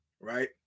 right